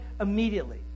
immediately